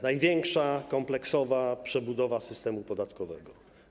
Największa, kompleksowa przebudowa systemu podatkowego.